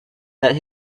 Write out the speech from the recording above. that